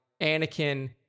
Anakin